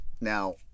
Now